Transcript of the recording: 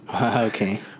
okay